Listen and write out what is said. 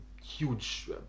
huge